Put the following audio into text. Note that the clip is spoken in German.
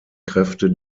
kräfte